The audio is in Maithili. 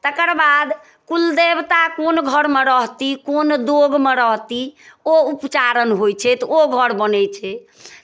तकर बाद कुल देवता कोन घरमे रहती कोन दोगमे रहती ओ उपचारण होइ छै तऽ ओ घर बनै छै